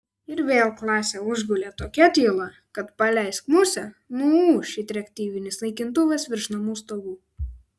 ir vėl klasę užgulė tokia tyla kad paleisk musę nuūš it reaktyvinis naikintuvas virš namų stogų